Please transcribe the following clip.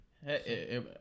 Hey